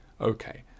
Okay